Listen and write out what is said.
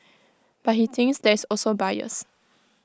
but he thinks there is also bias